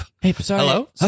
Hello